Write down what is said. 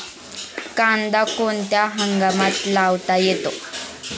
कांदा कोणत्या हंगामात लावता येतो?